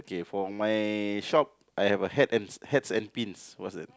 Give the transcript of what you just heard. K for my shop I have a hat a hats and pins what's that